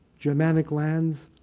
germanic lands,